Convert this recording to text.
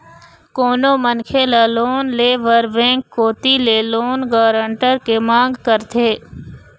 कोनो मनखे ल लोन ले बर बेंक कोती ले लोन गारंटर के मांग करथे